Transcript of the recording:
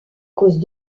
cause